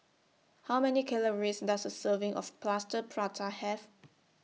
How Many Calories Does A Serving of Plaster Prata Have